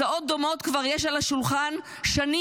הצעות דומות כבר יש על השולחן שנים,